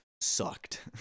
sucked